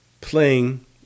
playing –